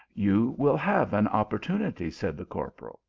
you will have an opportunity, said the cor poral,